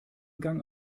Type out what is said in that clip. gang